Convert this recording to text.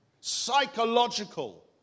psychological